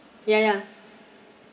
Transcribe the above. ya ya